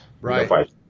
Right